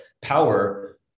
power